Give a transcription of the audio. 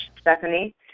Stephanie